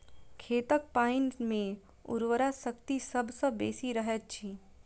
खेतक पाइन मे उर्वरा शक्ति सभ सॅ बेसी रहैत अछि